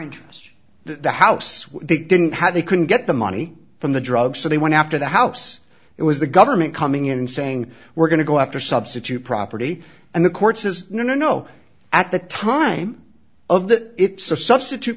interest the house what they didn't have they couldn't get the money from the drug so they went after the house it was the government coming in and saying we're going to go after substitute property and the court says no no at the time of that it's a substitute